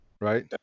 right